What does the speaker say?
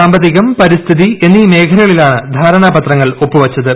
സാമ്പത്തികം പരിസ്ഥിതി എന്നീ മേഖലകളിലാണ് ധാർണാപ്ത്രങ്ങൾ ഒപ്പുവെച്ചത്